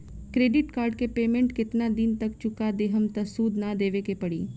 Credit card के payment केतना दिन तक चुका देहम त सूद ना देवे के पड़ी?